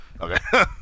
Okay